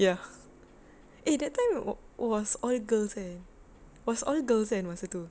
ya eh that time was all girls eh was all girls kan masa tu